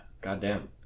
Goddamn